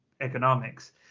economics